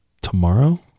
tomorrow